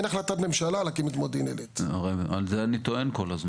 אין החלטת ממשלה להקים את מודיעין עילית --- על זה אני טוען כל הזמן.